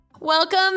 Welcome